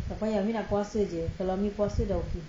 tak payah umi nak puasa jer kalau umi puasa dah okay